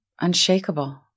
unshakable